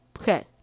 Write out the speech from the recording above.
okay